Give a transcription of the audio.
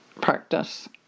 practice